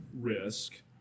risk